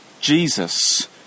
Jesus